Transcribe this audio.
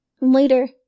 Later